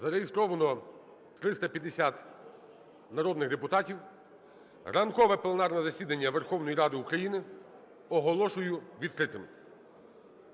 Зареєстровано 350 народних депутатів. Ранкове пленарне засідання Верховної Ради України оголошую відкритим.